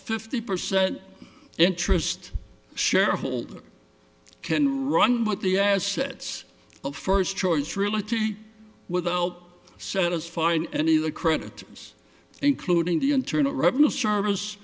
fifty percent interest shareholders can run but the assets of first choice realty without satisfying any of the creditors including the internal revenue service